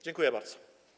Dziękuję bardzo.